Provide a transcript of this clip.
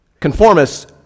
Conformists